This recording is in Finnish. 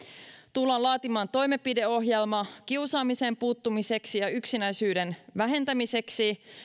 tullaan laatimaan toimenpideohjelma kiusaamiseen puuttumiseksi ja yksinäisyyden vähentämiseksi